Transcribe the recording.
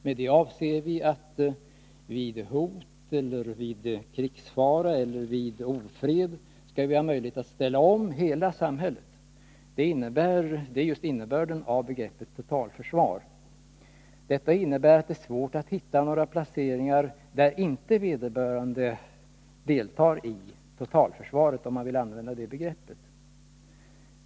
Med det avser vi att vi vid hot. krigsfara eller ofred skall ha möjlighet att ställa om Aela samhället — det är just innebörden av begreppet totalförsvar. Detta innebär att det är svårt att hitta några placeringar där vederbörande inte deltar i totalförsvaret. om man nu vill använda det begreppet.